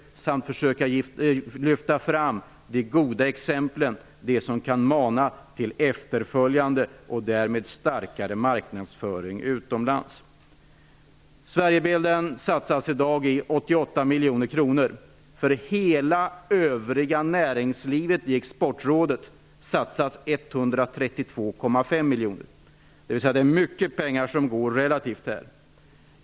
Man skulle försöka lyfta fram de goda exemplen -- de som kan mana till efterföljd och därmed starkare marknadsföring utomlands. På Sverigebilden satsas i dag 88 miljoner kronor. 132,5 miljoner. Det är relativt sätt mycket pengar som går åt.